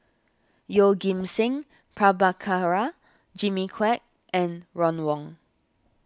Yeoh Ghim Seng Prabhakara Jimmy Quek and Ron Wong